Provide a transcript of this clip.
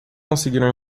conseguiram